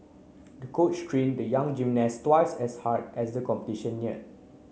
the coach trained the young gymnast twice as hard as the competition neared